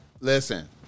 listen